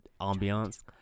ambiance